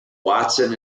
watson